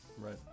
Right